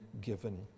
given